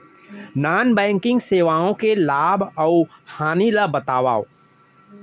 non banking सेवाओं के लाभ अऊ हानि ला बतावव